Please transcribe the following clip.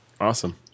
Awesome